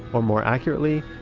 or more accurately,